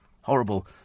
Horrible